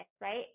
right